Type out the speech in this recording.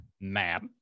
map